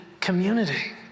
community